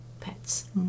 pets